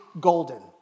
golden